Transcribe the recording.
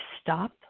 stop